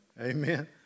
Amen